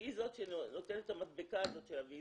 שהיא זו שנותנת את המדבקה של הוויזה,